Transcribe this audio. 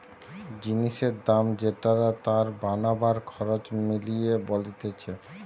জিনিসের দাম যেটা তার বানাবার খরচ মিলিয়ে বলতিছে